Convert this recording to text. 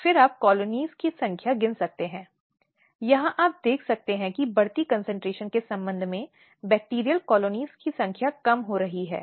हालाँकि यह परीक्षण पाया गया है या किसी महिला की निजता का गंभीर उल्लंघन माना जाता है